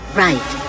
right